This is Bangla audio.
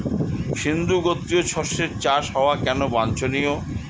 সিম্বু গোত্রীয় শস্যের চাষ হওয়া কেন বাঞ্ছনীয়?